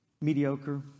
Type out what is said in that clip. Mediocre